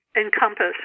encompass